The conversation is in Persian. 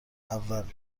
اول